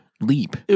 leap